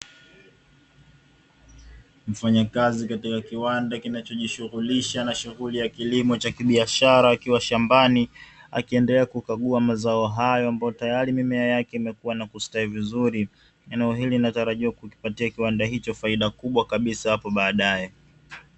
Mfanyakazi katika kiwanda kinachojishughulisha na shughuli ya kilimo cha kibiashara akiwa shambani, akiendelea kukagua mazao hayo ambayo tayari mimea yake imekua na kustawi vizuri. Eneo hili linatarajiwa kukipatia kiwanda hicho faida kubwa kabisa hapo baadaye.